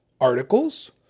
articles